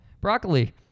Broccoli